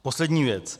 Poslední věc.